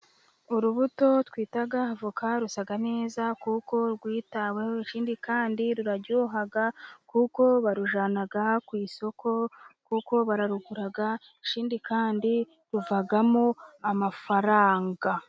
Urubuto twita avoka rusa neza kuko rwitaweho, ikindi kandi ruraryoha kuko barujyana ku isoko, kuko bararugura ikindi kandi ruvamo amafaranga.